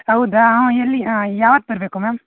ಹೌದಾ ಹಾಂ ಎಲ್ಲಿ ಯಾವತ್ತು ಬರಬೇಕು ಮ್ಯಾಮ್